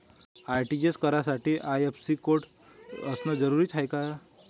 RTGS करासाठी IFSC code असनं जरुरीच हाय का?